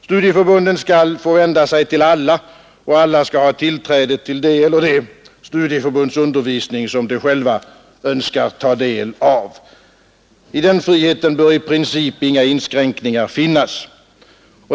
Studieförbunden skall få vända sig till alla, och alla skall ha tillträde till det studieförbunds undervisning som de själva önskar ta del av. I den friheten bör i princip inga inskränkningar finnas.